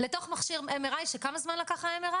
זה קצת לא הגיוני להזמין אנשים בחמש לפנות בוקר.